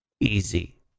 Easy